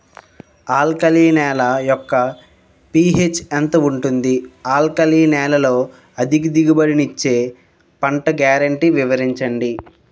Alkali నేల యెక్క pH ఎంత ఉంటుంది? ఆల్కలి నేలలో అధిక దిగుబడి ఇచ్చే పంట గ్యారంటీ వివరించండి?